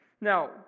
Now